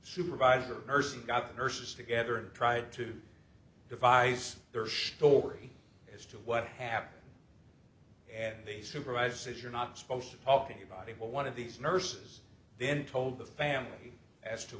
supervisor nurses got the nurses together and tried to devise their shorey as to what happened and the supervisor says you're not supposed to talk to anybody but one of these nurses then told the family as to